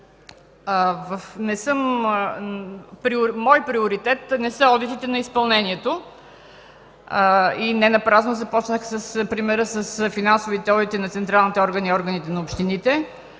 мой приоритет не са одитите на изпълнението. Ненапразно започнах с примера с финансовите одити на централните органи, органите на общините